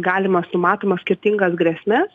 galimas numatomas skirtingas grėsmes